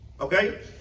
Okay